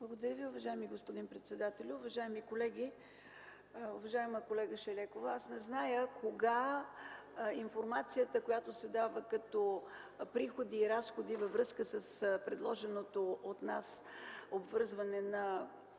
Благодаря Ви, уважаеми господин председателю. Уважаеми колеги! Уважаема колега Шайлекова, аз не зная кога информацията, която се дава като приходи и разходи във връзка с предложеното от нас обвързване на